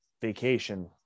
vacation